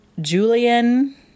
Julian